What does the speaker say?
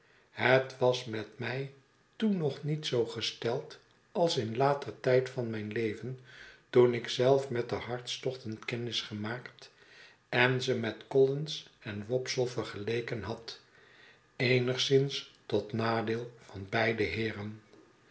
het was met mij toen nog niet zoo gesteld als in later tijd van mijn leven toen ik zelf met de hartstochten kennis gemaakt en ze met collins en wopsle vergeleken had eenigszins tot nadeel van beide heeren